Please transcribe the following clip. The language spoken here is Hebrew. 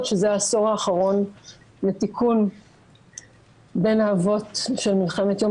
שזה העשור האחרון לתיקון בין האבות של מלחמת יום